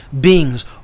beings